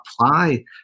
apply